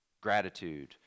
gratitude